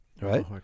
Right